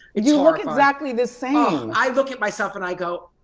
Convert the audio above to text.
you look exactly the same. i look at myself and i go,